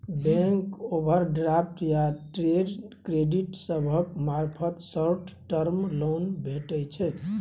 bank overdraft या trade credit सभक मार्फत शॉर्ट टर्म लोन भेटइ छै